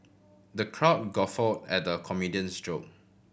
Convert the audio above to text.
the crowd guffawed at the comedian's joke